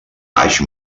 baix